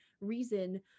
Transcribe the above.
reason